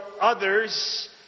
others